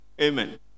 Amen